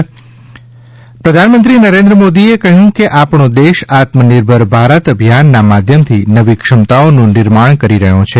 મન કી બાત પ્રધાનમંત્રી નરેન્દ્ર મોદીએ કહ્યું કે આપણી દેશ આત્મનિર્ભર ભારત અભિયાનના માધ્યમથી નવી ક્ષમતાઓનું નિર્માણ કરી રહ્યો છે